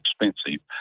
expensive